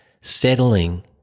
settling